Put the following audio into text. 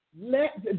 Let